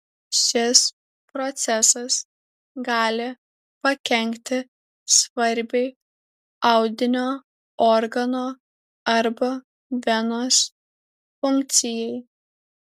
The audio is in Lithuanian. šis procesas gali pakenkti svarbiai audinio organo arba venos funkcijai